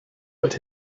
but